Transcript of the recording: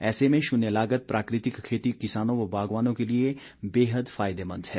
ऐसे में शून्य लागत प्राकृतिक खेती किसानों व बागवानों के लिए बेहद फायदेमंद है